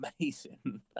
amazing